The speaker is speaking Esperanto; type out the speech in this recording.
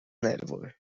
nervoj